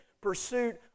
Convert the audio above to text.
pursuit